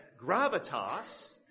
gravitas